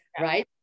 right